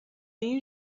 you